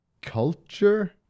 culture